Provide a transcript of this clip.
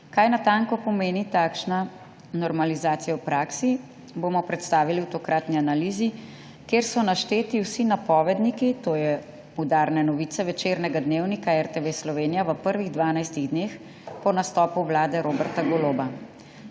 Kaj natanko pomeni takšna normalizacija v praksi, bomo predstavili v tokratni analizi, kjer so našteti vsi napovedniki (t. i. udarne novice) večernega Dnevnika RTV Slovenija v prvih dvanajstih dneh po nastopu vlade Roberta Goloba.